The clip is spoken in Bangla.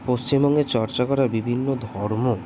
পশ্চিমবঙ্গে চর্চা করা বিভিন্ন ধর্ম